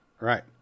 right